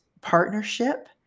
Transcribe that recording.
partnership